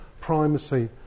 primacy